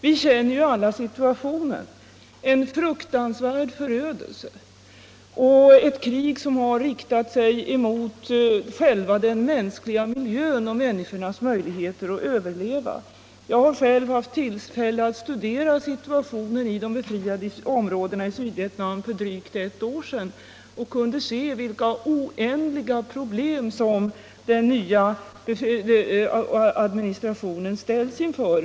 Vi känner ju alla situationen — fruktansvärd förödelse efter ett krig som har riktat sig mot själva den mänskliga miljön och människornas möjligheter att överleva. Jag hade själv tillfälle att studera situationen i de befriade områdena i Sydvietnam för drygt ett år sedan och kunde se vilka oändliga problem som den nya administrationen ställs inför.